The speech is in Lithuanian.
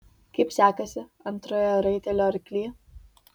kaip sekasi antrojo raitelio arkly